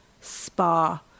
spa